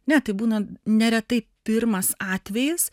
ne tai būna neretai pirmas atvejis